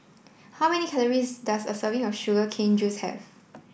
how many calories does a serving of sugar cane juice have